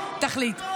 תחליט.